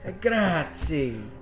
Grazie